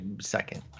second